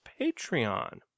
Patreon